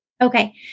Okay